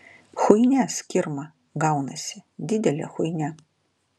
chuinia skirma gaunasi didelė chuinia